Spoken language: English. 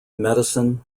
medicine